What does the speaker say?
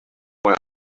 why